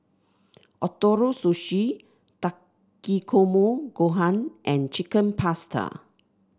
Ootoro Sushi Takikomi Gohan and Chicken Pasta